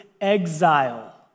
exile